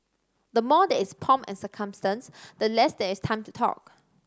the more there is pomp and circumstance the less there is time to talk